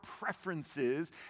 preferences